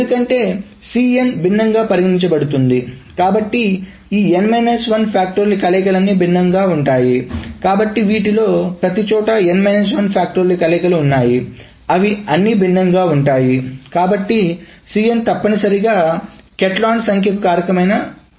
ఎందుకంటే Cn భిన్నంగా పరిగణించబడుతుంది కాబట్టి ఈ కలయికలన్నీ భిన్నంగా ఉంటాయి కాబట్టి వీటిలో ప్రతి చోట కలయికలు ఉన్నాయి అవి అన్నీ భిన్నంగా ఉంటాయి కాబట్టి Cn తప్పనిసరిగా కాటలాన్ సంఖ్యకు కారకమైన సార్లు